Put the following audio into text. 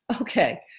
Okay